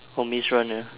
oh maze runner